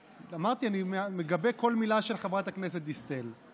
אמרתי, אני מגבה כל מילה של חברת הכנסת דיסטל.